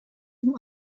dem